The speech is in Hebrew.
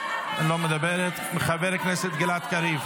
תתבייש.